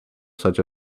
such